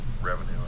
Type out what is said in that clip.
revenue